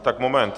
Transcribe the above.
Tak moment.